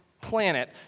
planet